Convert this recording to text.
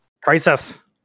Crisis